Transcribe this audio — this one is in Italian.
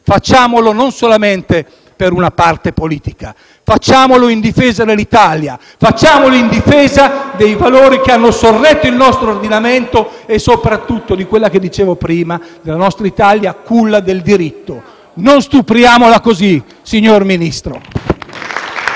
facciamolo non solamente per una parte politica, ma in difesa nell'Italia, dei valori che hanno sorretto il nostro ordinamento e soprattutto di quello che dicevo prima: la nostra Italia, culla del diritto. Non stupriamola così, signor Ministro.